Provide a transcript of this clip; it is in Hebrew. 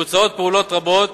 מבוצעות פעולות רבות,